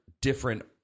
different